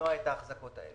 למנוע את ההחזקות האלו.